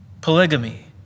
polygamy